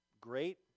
Great